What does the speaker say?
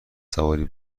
سواری